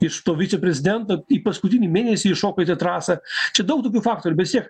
iš to viceprezidento į paskutinį mėnesį įšoko į tą trasą čia daug tokių faktorių bet vis tiek